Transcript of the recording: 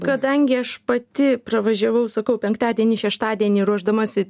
kadangi aš pati pravažiavau sakau penktadienį šeštadienį ruošdamasi